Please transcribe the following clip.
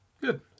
Good